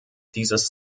dieses